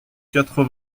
quatre